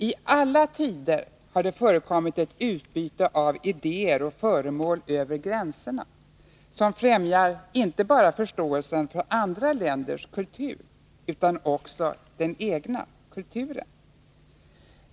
I alla tider har det förekommit ett utbyte av idéer och föremål över gränserna, som främjat inte bara förståelsen för andra länders kultur utan också för den egna kulturen.